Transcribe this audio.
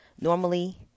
normally